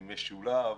משולב: